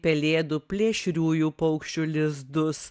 pelėdų plėšriųjų paukščių lizdus